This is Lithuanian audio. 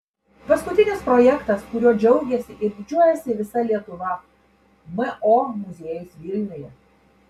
paskutinis projektas kuriuo džiaugiasi ir didžiuojasi visa lietuva mo muziejus vilniuje